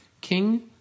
King